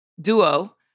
duo